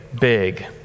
big